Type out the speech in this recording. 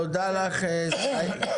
תודה לך סאאירה.